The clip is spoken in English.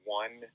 one